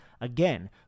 Again